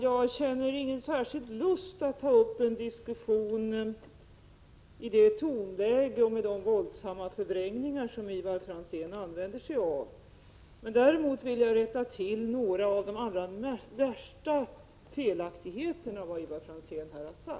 Jag känner inte någon särskild lust att ta upp en diskussion i det tonläge och med de våldsamma förvrängningar som Ivar Franzén använder sig av. Däremot vill jag rätta till några av de värsta felaktigheterna i det som Ivar Franzén här sade.